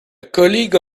colleague